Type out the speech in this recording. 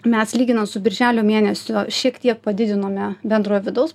mes lyginant su birželio mėnesiu šiek tiek padidinome bendrojo vidaus